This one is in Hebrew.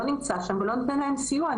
לא נמצא שם ולא נותן להן סיוע.